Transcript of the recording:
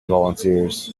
volunteers